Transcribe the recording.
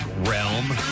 realm